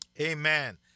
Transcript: Amen